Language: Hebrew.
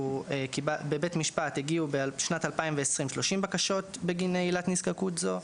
בשנת 2020 לבית המשפט הגיעו 30 בקשות בגין עילת נזקקות זו,